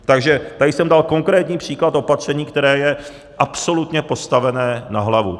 Takže tady jsem dal konkrétní příklad opatření, které je absolutně postavené na hlavu.